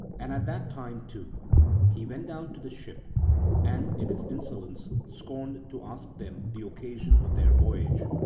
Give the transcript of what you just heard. and at that time too he went down to the ship and in his insolence scorned to ask them the occasion of their voyage,